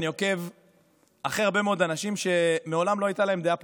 אני עוקב אחרי הרבה מאוד אנשים שמעולם לא הייתה להם דעה פוליטית,